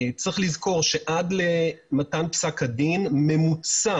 צריך לזכור שעד מתן פסק הדין ממוצע